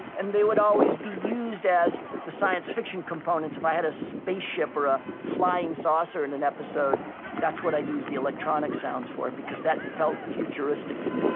and they would always be used as the science fiction components. if i had a spaceship or a flying saucer in an episode that's what i'd use the electronic sounds for, because that felt futuristic to me.